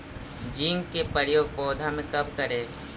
Zinc के प्रयोग पौधा मे कब करे?